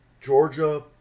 Georgia